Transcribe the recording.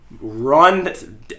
run